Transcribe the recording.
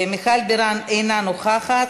בירן, אינה נוכחת.